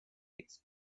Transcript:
its